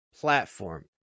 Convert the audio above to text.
platform